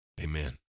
amen